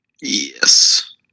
Yes